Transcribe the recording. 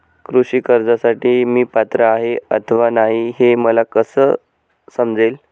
कृषी कर्जासाठी मी पात्र आहे अथवा नाही, हे मला कसे समजेल?